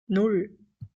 nan